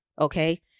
Okay